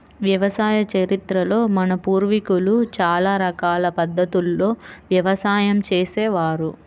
వ్యవసాయ చరిత్రలో మన పూర్వీకులు చాలా రకాల పద్ధతుల్లో వ్యవసాయం చేసే వారు